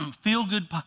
feel-good